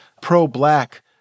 pro-Black